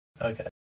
Okay